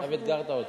עכשיו אתגרת אותה.